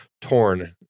torn